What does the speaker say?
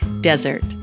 Desert